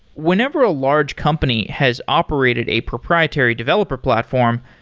whenever a large company has operated a proprietary developer platform,